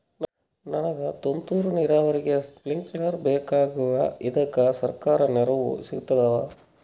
ನನಗ ತುಂತೂರು ನೀರಾವರಿಗೆ ಸ್ಪಿಂಕ್ಲರ ಬೇಕಾಗ್ಯಾವ ಇದುಕ ಸರ್ಕಾರಿ ನೆರವು ಸಿಗತ್ತಾವ?